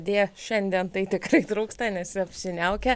dė šiandien tai tikrai trūksta nes apsiniaukę